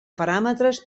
paràmetres